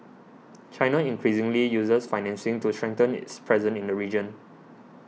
china increasingly uses financing to strengthen its presence in the region